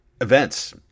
events